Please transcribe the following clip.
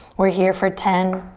we're here for ten.